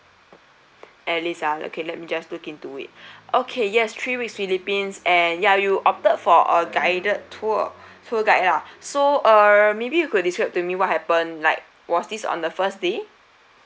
elisa okay let me just look into it okay yes three weeks philippines and ya you opted for our guided tour tour guide lah so uh maybe you could describe to me what happen like was this on the first day